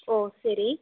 ஓ சரி